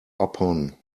upon